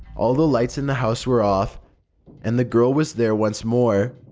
all the lights in the house were off and the girl was there once more,